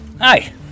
Hi